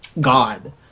God